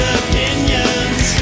opinions